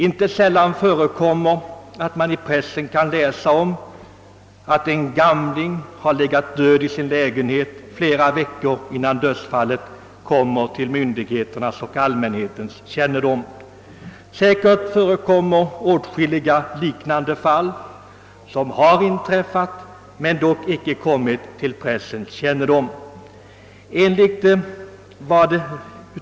I pressen kan man inte så sällan läsa om att en gamling under flera veckor har legat död i sin lägenhet innan dödsfallet kommer till myndigheternas och allmänhetens kännedom. Säkerligen förekommer det också åtskilliga sådana fall som inte kommit till pressens kännedom.